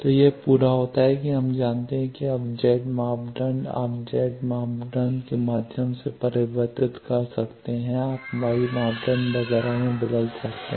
तो यह पूरा होता है कि हम जानते हैं कि अब Z मापदंड आप Z मापदंड के माध्यम से परिवर्तित कर सकते हैं आप y मापदंड वगैरह में बदल सकते हैं